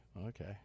okay